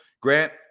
Grant